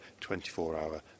24-hour